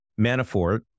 Manafort